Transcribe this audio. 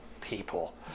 people